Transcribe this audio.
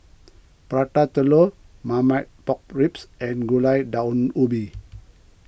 Prata Telur Marmite Pork Ribs and Gulai Daun Ubi